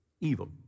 evil